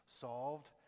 solved